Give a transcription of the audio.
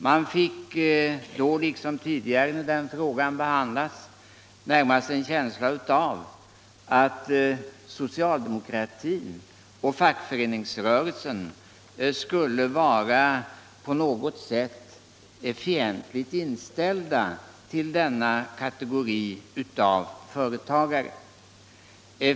Man fick då, liksom tidigare när den frågan behandlats, närmast en känsla av att socialdemokratin och fackföreningsrörelsen skulle vara på något sätt fientligt inställda till denna kategori av företagare.